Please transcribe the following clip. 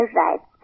right